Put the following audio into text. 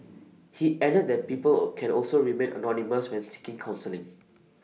he added that people or can also remain anonymous when seeking counselling